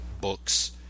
books